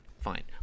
Fine